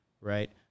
right